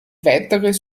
weiteres